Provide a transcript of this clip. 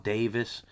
Davis